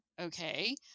okay